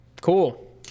Cool